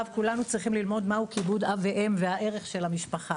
צריכים ללמוד מהו כיבוד אב ואם והערך של המשפחה.